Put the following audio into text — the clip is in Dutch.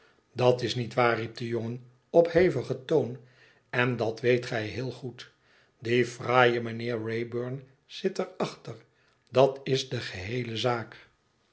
dat is niet waar riep de jongen op hevigen toon en dat weet gij heel goed die fraaie meneer wraybum zit er achter dat is de geheele zaak